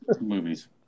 movies